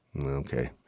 Okay